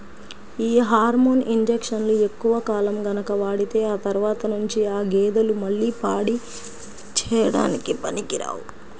యీ హార్మోన్ ఇంజక్షన్లు ఎక్కువ కాలం గనక వాడితే ఆ తర్వాత నుంచి ఆ గేదెలు మళ్ళీ పాడి చేయడానికి పనికిరావు